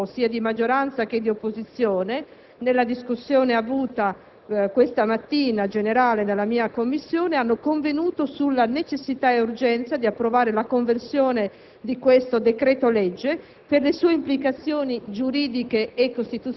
Concludo ricordando che tutti Capigruppo, sia di maggioranza che di opposizione, nella discussione generale tenutasi stamattina in 8a Commissione, hanno convenuto sulla necessità e l'urgenza di approvare la conversione del decreto‑legge